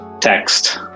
text